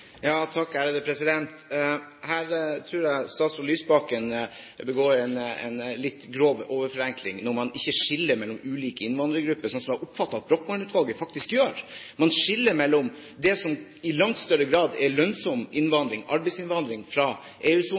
tror statsråd Lysbakken begår en litt grov overforenkling når man ikke skiller mellom ulike innvandrergrupper, sånn som jeg oppfattet at Brochmann-utvalget faktisk gjør. Man skiller mellom det som i langt større grad er lønnsom innvandring, arbeidsinnvandring fra